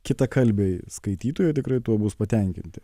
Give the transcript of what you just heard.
kitakalbiai skaitytojai tikrai tuo bus patenkinti